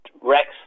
Rex